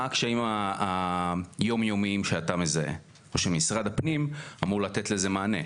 מה הקשיים היום יומיים שאתה מזהה ושמשרד הפנים אמור לתת לזה מענה?